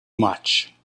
much